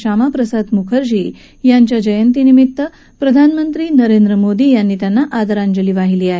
श्यामाप्रसाद मुखर्जी यांच्या जयंती निमित्त प्रधानमंत्री नरेंद्र मोदी यांनी आदरांजली वाहिली आहे